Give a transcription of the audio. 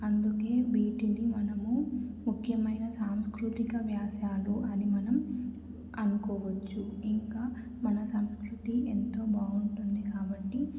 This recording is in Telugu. అందుకే వీటిని మనము ముఖ్యమైన సాంస్కృతిక వ్యాసాలు అని మనం అనుకోవచ్చు ఇంకా మన సంస్కృతి ఎంతో బాగుంటుంది కాబట్టి